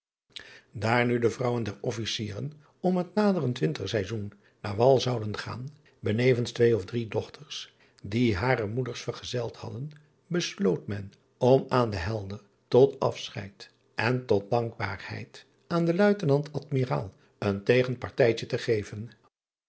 aar nu de vrouwen der fficieren om het naderend wintersaizoen naar wal zouden gaan benevens twee of drie dochters die hare moeders vergezeld hadden besloot men om aan de elder tot afscheid en tot dankbaarheid aan den uitenant dmiraal een tegenpartijtje te geven